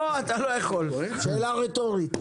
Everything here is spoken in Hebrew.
לא, אתה לא יכול, שאלה רטורית.